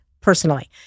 Personally